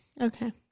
okay